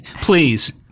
Please